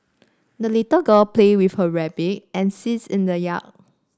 the little girl played with her rabbit and geese in the yard